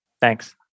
Thanks